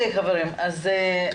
תודה,